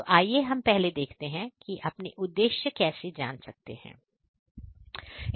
तो आइए हम देखते हैं हम अपने उद्देश्य कैसे जान सकते हैं